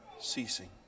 ceasing